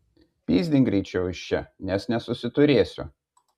pyzdink greičiau iš čia nes nesusiturėsiu